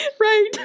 Right